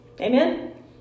Amen